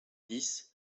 dix